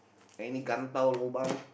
any gan dao lobang